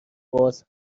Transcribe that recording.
باز